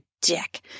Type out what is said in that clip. dick